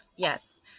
Yes